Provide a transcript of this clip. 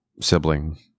sibling